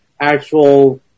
actual